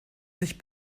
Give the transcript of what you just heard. sich